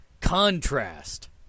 Contrast